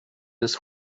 this